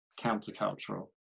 countercultural